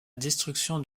destruction